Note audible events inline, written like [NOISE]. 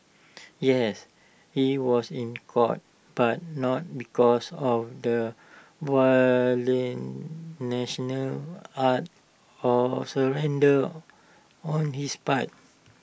yes he was in court but not because of the [UNINTELLIGIBLE] act of surrender on his part